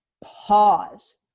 pause